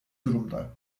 durumda